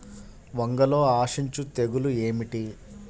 వంగలో ఆశించు తెగులు ఏమిటి?